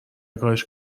نگاش